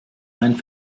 ein